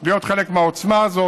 להיות חלק מהעוצמה הזאת.